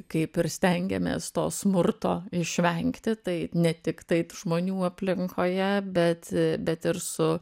kaip ir stengiamės to smurto išvengti tai ne tiktai žmonių aplinkoje bet e bet ir su